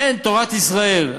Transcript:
אין תורת ישראל.